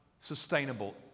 sustainable